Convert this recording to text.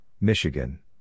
Michigan